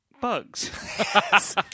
bugs